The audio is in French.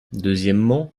deuxièmement